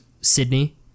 Sydney